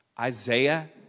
Isaiah